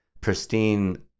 pristine